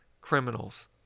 Criminals